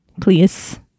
Please